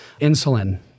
insulin